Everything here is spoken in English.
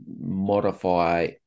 modify